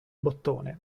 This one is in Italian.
bottone